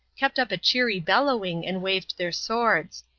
kept up a cheery bellowing and waved their swords.